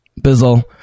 Bizzle